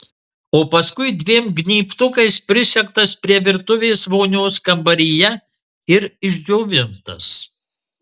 o paskui dviem gnybtukais prisegtas prie virtuvės vonios kambaryje ir išdžiovintas